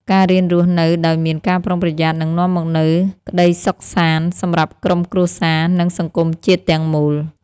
ការរៀនរស់នៅដោយមានការប្រុងប្រយ័ត្ននឹងនាំមកនូវក្តីសុខសាន្តសម្រាប់ក្រុមគ្រួសារ និងសង្គមជាតិទាំងមូល។